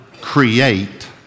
create